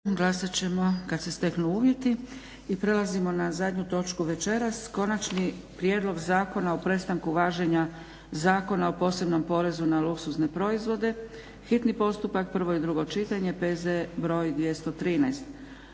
Dragica (SDP)** I prelazimo na zadnju točku večeras –- Konačni prijedlog Zakona o prestanku važenja Zakona o posebnom porezu na luksuzne proizvode, hitni postupak, prvo i drugo čitanje, P.Z. br. 213